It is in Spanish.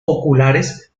oculares